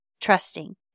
Trusting